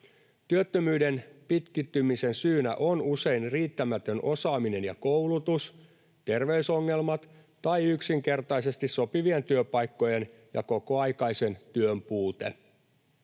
Työttömyyden pitkittymisen syynä on usein riittämätön osaaminen ja koulutus, terveysongelmat tai yksinkertaisesti sopivien työpaikkojen ja kokoaikaisen työn puute.